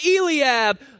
Eliab